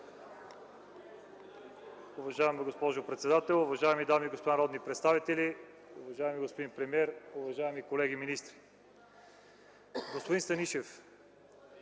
Уважаема госпожо председател, уважаеми дами и господа народни представители, уважаеми господин премиер, уважаеми колеги министри! Господин Станишев, както обикновено